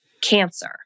cancer